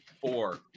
Four